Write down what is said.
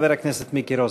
חבר הכנסת מיקי רוזנטל.